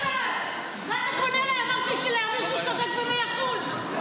(חבר הכנסת איימן עודה יוצא מאולם המליאה.) חבר הכנסת גלעד קריב.